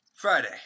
Friday